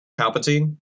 Palpatine